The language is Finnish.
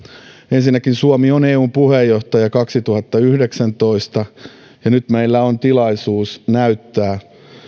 ensinnäkin suomi on eun puheenjohtaja kaksituhattayhdeksäntoista ja nyt meillä on tilaisuus näyttää